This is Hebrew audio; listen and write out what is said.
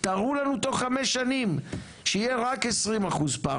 תראו לנו תוך חמש שנים שיהיה רק עשרים אחוז פער,